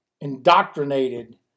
indoctrinated